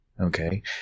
Okay